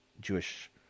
Jewish